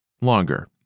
longer